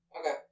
Okay